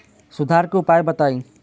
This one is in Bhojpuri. सुधार के उपाय बताई?